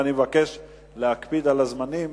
ואני מבקש להקפיד על הזמנים